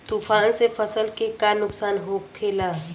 तूफान से फसल के का नुकसान हो खेला?